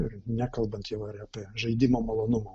ir nekalbant jau ir apie žaidimo maloną